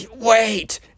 wait